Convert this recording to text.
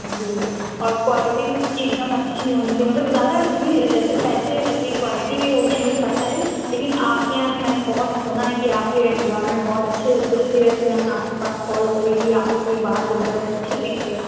جی اور کوالٹی بھی اُس کی ایک دم اچھی ہونی چاہیے مطلب زیادہ اچھی نہیں جیسے پیسے ویسی کوالٹی بھی ہوگی ہمیں پتہ ہے لیکن آپ کے یہاں سے میں نے بہت سُنا ہے کہ آپ کے گارمنٹس بہت اچھے ہوتے ہیں اِسی وجہ سے میں نے آپ کے پاس کال کری تھی آپ سے بات ہو جائے تو اچھی بات ہے